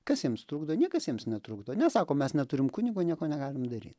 kas jiems trukdo niekas jiems netrukdo ne sako mes neturim kunigo nieko negalim daryt